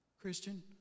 Christian